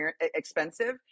expensive